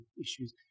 issues